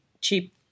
cheap